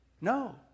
No